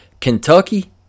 Kentucky